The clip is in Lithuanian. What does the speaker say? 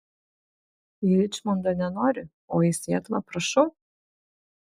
į ričmondą nenori o į sietlą prašau